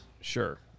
Sure